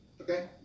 Okay